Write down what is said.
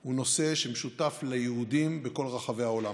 הוא נושא שמשותף ליהודים בכל רחבי העולם.